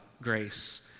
grace